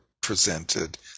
presented